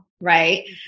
right